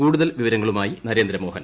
കൂടുതൽ വിവരങ്ങളുമായി നരേന്ദ്രമോഹൻ